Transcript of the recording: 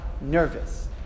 nervous